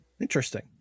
interesting